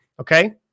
okay